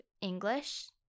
English